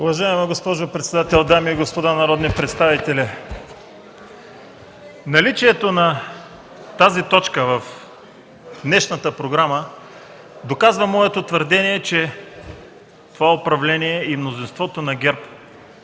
Уважаема госпожо председател, дами и господа народни представители! Наличието на тази точка в днешната програма доказва моето твърдение, че това управление и мнозинството на ГЕРБ